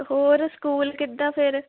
ਅਤੇ ਹੋਰ ਸਕੂਲ ਕਿੱਦਾਂ ਫਿਰ